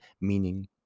meaning